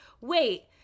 wait